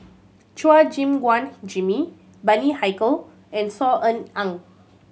Chua Gim Guan Jimmy Bani Haykal and Saw Ean Ang